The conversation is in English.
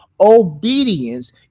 Obedience